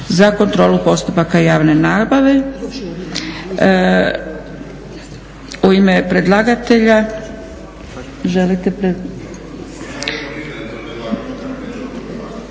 za kontrolu postupaka javne nabave. U ime predlagatelja,